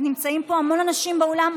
נמצאים פה המון אנשים באולם.